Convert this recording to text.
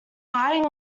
buying